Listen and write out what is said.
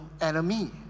enemy